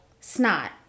snot